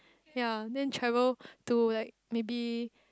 ya then travel to like maybe